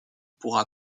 pourra